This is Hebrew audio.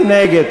מי נגד?